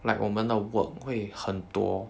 like 我们的 work 会很多